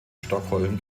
stockholm